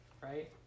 Right